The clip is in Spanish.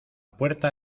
puerta